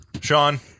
sean